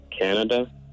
Canada